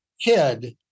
kid